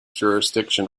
jurisdiction